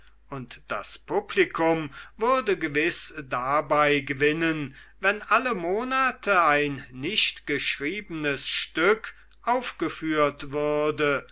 und das publikum würde gewiß dabei gewinnen wenn alle monate ein nicht geschriebenes stück aufgeführt würde